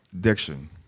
Diction